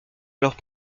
alors